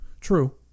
true